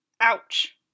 Ouch